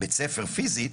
בית ספר פיזית,